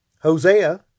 Hosea